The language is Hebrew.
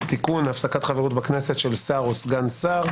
תיקון הפסקת חברות בכנסת של שר או סגן שר.